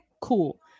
Cool